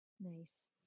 Nice